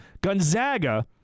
Gonzaga